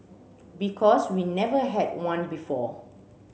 because we never had one before